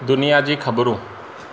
दुनिया जी ख़बरूं